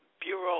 Bureau